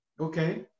Okay